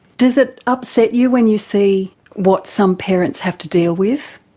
does it upset you when you see what some parents have to deal with?